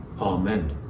Amen